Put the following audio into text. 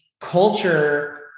culture